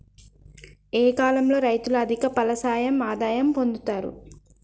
ఏ కాలం లో రైతులు అధిక ఫలసాయం ఆదాయం పొందుతరు?